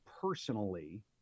personally